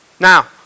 Now